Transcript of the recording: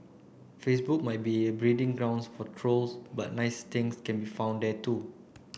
Facebook might be a breeding ground for trolls but nice things can be found there too